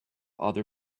other